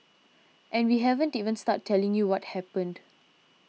and we haven't even started telling you what happened